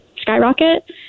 skyrocket